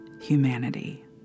humanity